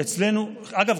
אגב,